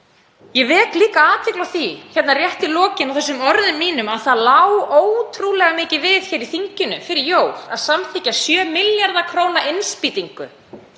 Ég vek líka athygli á því hérna rétt í lokin á þessum orðum mínum að það lá ótrúlega mikið við hér í þinginu fyrir jól að samþykkja 7 milljarða kr. innspýtingu